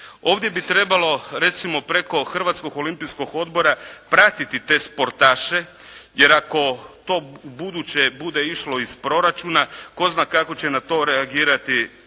ovdje bi trebalo recimo preko Hrvatskog olimpijskog odbora pratiti te sportaše jer ako to ubuduće bude išlo iz Proračuna tko zna kako će na to reagirati,